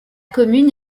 commune